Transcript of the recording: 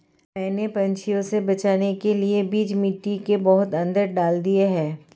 मैंने पंछियों से बचाने के लिए बीज मिट्टी के बहुत अंदर डाल दिए हैं